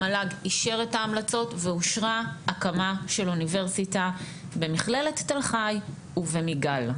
המל"ג אישר את ההמלצות ואושרה הקמה של אוניברסיטה במכללת תל חי ובמיגל.